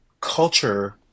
culture